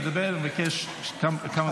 כבוד השר רוצה לדבר וביקש כמה דקות.